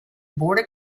border